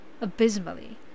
abysmally